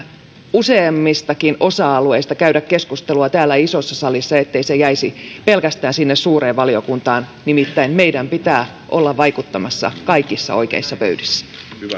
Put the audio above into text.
useammistakin osa alueista käydä keskustelua täällä isossa salissa ettei se jäisi pelkästään sinne suureen valiokuntaan nimittäin meidän pitää olla vaikuttamassa kaikissa oikeissa pöydissä